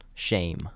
shame